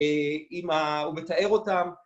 הוא מתאר אותם